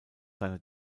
seine